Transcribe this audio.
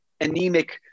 anemic